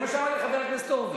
זה מה שאמרתי לחבר הכנסת הורוביץ.